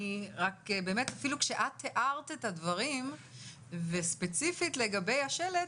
רק באמת אפילו כשאת תיארת את הדברים וספציפית לגבי השלט,